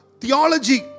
theology